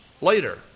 later